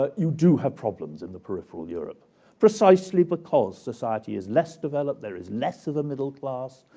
ah you do have problems in the peripheral europe precisely because society is less developed. there is less of a middle class.